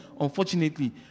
Unfortunately